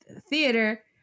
theater